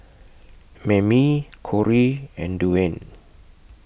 Mammie Kori and Dwane